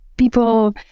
People